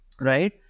right